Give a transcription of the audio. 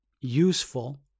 useful